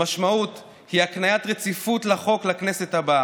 המשמעות היא הקניית רציפות לחוק לכנסת הבאה.